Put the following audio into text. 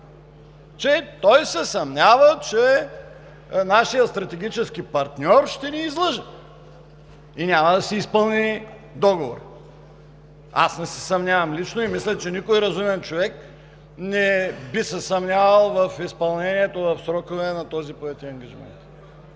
че той се съмнява, че нашият стратегически партньор ще ни излъже и няма да си изпълни договора. Аз лично не се съмнявам и мисля, че никой разумен човек не би се съмнявал в изпълнението в срокове на този поет ангажимент,